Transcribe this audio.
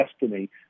destiny